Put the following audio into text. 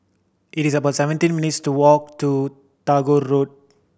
it is about seventeen minutes' walk to Tagore Road